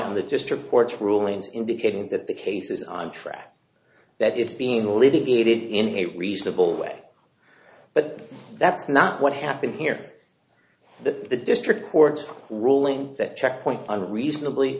on the just reports rulings indicating that the case is on track that it's being litigated in a reasonable way but that's not what happened here that the district court ruling that checkpoint unreasonably